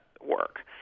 work